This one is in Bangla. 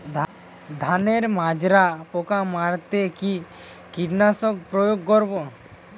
ধানের মাজরা পোকা মারতে কি কীটনাশক প্রয়োগ করব?